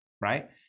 right